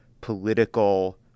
political